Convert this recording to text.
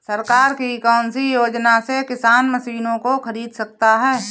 सरकार की कौन सी योजना से किसान मशीनों को खरीद सकता है?